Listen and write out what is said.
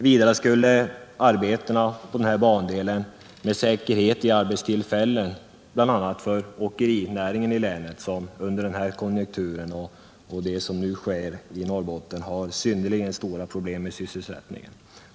Vidare skulle arbetena på denna bandel med säkerhet ge arbetstillfällen bl.a. för åkerinäringen i länet, som under nuvarande konjunkturen och det som nu sker i Norrbotten har synnerligen stora problem med sysselsättningen.